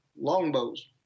longbows